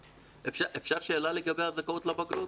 אפשר שאלה לגבי הזכאות לבגרות?